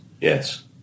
Yes